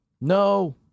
No